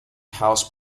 house